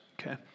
Okay